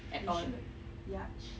you should yach~